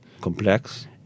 complex